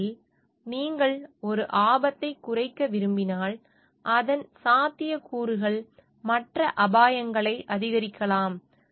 ஏனெனில் நீங்கள் ஒரு ஆபத்தை குறைக்க விரும்பினால் அதன் சாத்தியக்கூறுகள் மற்ற அபாயங்களை அதிகரிக்கலாம்